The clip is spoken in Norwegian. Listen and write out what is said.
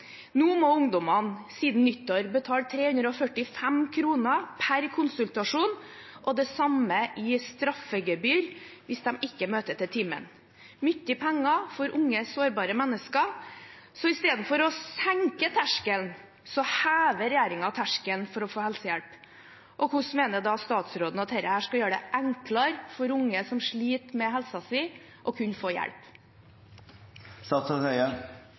Nå, siden nyttår, må ungdommene betale 345 kr per konsultasjon og det samme i straffegebyr hvis de ikke møter til timen – mye penger for unge, sårbare mennesker. Så istedenfor å senke terskelen hever regjeringen terskelen for å få helsehjelp. Hvordan mener statsråden at dette skal gjøre det enklere for unge som sliter med helsen sin, å kunne få